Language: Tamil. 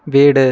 வீடு